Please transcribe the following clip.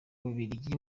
bubiligi